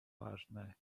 ważne